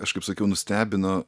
aš kaip sakiau nustebino